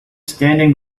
standing